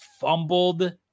fumbled